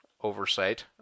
oversight